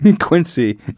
Quincy